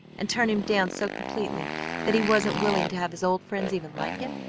and turn him down so completely that he wasn't willing to have his old friends even like him?